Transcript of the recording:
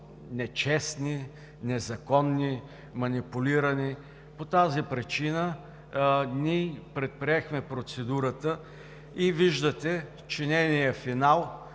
нечестни, незаконни, манипулирани, по тази причина ние предприехме процедурата и виждате, че нейният финал